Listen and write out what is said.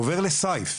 עובר לסייף,